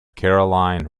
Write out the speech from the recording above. caroline